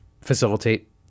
facilitate